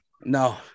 No